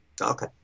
Okay